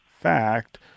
fact